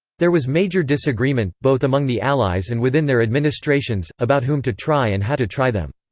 there was major disagreement, both among the allies and within their administrations, about whom to try and how to try them.